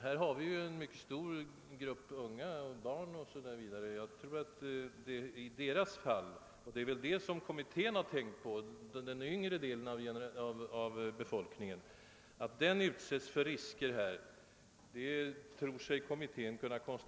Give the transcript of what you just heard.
Det finns emellertid en mycket stor grupp av barn och unga, och det var väl för deras skull kommittén anser sig inte vilja — liksom inte heller reservanterna — ta denna risk.